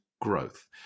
growth